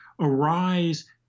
arise